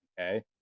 okay